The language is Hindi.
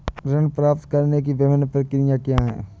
ऋण प्राप्त करने की विभिन्न प्रक्रिया क्या हैं?